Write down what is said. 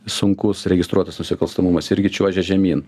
sunkus registruotas nusikalstamumas irgi čiuožia žemyn